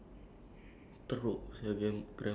what are your favourite genres of book